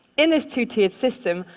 in this two-tiered system,